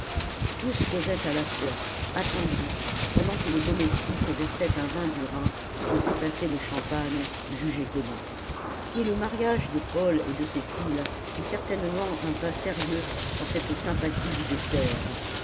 tous causaient à la fois attendris pendant que le domestique versait un vin du rhin pour remplacer le champagne jugé commun et le mariage de paul et de cécile fit certainement un pas sérieux dans cette sympathie du dessert